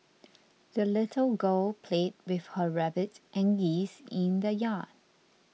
the little girl played with her rabbit and geese in the yard